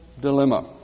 dilemma